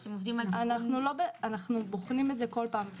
אנחנו בוחנים את זה כל פעם.